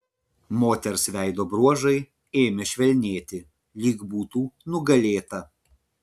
moters veido bruožai ėmė švelnėti lyg būtų nugalėta